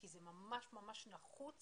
כי זה ממש-ממש נחוץ